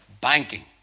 Banking